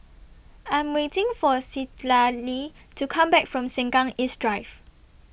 I'm waiting For Citlalli to Come Back from Sengkang East Drive